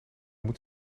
moet